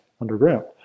underground